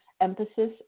emphasis